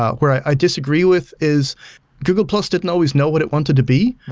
ah where i disagree with is google plus didn't always know what it wanted to be.